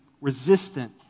resistant